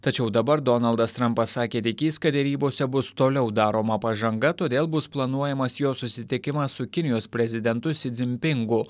tačiau dabar donaldas trampas sakė tikįs kad derybose bus toliau daroma pažanga todėl bus planuojamas jo susitikimas su kinijos prezidentu si dzin pingu